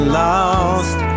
lost